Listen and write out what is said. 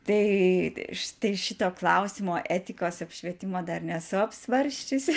tai štai šito klausimo etikos apšvietimo dar nesu apsvarsčiusi